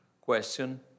question